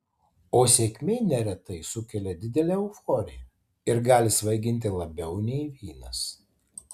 o sėkmė neretai sukelia didelę euforiją ir gali svaiginti labiau nei vynas